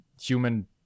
human